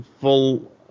full